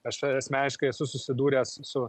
aš asmeniškai esu susidūręs su